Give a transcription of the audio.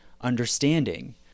understanding